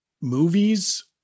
movies